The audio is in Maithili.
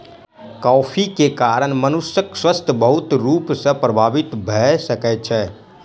कॉफ़ी के कारण मनुषक स्वास्थ्य बहुत रूप सॅ प्रभावित भ सकै छै